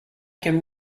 can